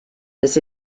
this